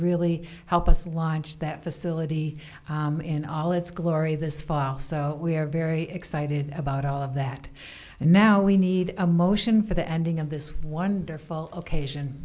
really help us launch that facility in all its glory this fall so we are very excited about all of that and now we need a motion for the ending of this wonderful occasion